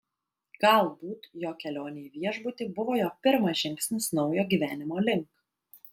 galbūt jo kelionė į viešbutį buvo jo pirmas žingsnis naujo gyvenimo link